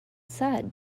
sad